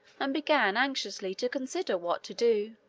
and began anxiously to consider what to do.